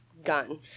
gun